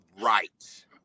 Right